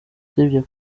usibye